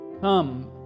Come